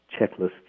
checklist